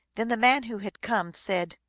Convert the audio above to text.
then the man who had come said,